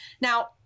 now